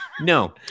No